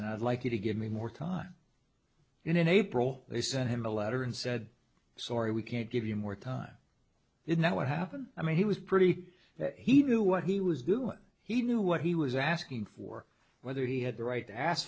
and i'd like you to give me more time in april they sent him a letter and said sorry we can't give you more time in that would happen i mean he was pretty that he knew what he was doing he knew what he was asking for whether he had the right to ask